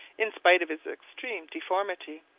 in spite of his extreme deformity,